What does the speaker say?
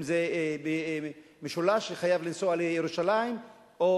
אם זה במשולש שחייב לנסוע לירושלים או